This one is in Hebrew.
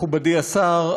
מכובדי השר,